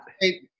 hey